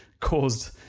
caused